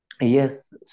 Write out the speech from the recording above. Yes